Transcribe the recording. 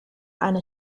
eine